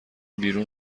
بیرون